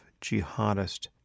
jihadist